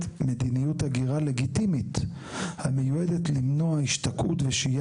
מדיניות הגירה לגיטימית המיועדת למנוע השתקעות ושהיה